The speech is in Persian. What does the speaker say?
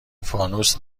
فانوس